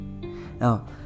now